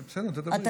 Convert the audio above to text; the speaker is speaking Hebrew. בסדר, תדברי.